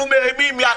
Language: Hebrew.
אנחנו מרימים יד.